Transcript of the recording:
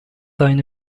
aynı